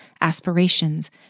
aspirations